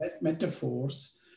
metaphors